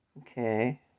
okay